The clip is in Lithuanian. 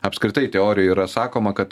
apskritai teorijoj yra sakoma kad